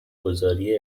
گذاری